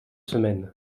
semaines